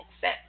set